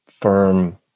firm